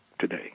today